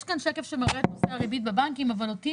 יש כאן שקף שמראה את נושא הריבית בבנקים אבל אותי